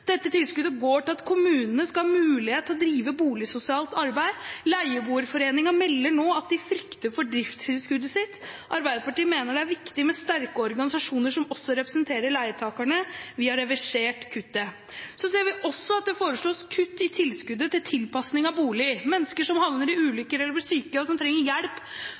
Dette tilskuddet går til at kommunene skal ha mulighet til å drive boligsosialt arbeid. Leieboerforeningen melder nå at de frykter for driftstilskuddet sitt. Arbeiderpartiet mener det er viktig med sterke organisasjoner som også representerer leietakerne. Vi har reversert kuttet. Så ser vi også at det foreslås kutt i tilskuddet til tilpasning av bolig. Mennesker som havner i ulykker eller blir syke, og som trenger hjelp